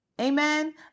Amen